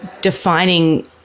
defining